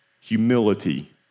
humility